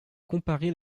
comparé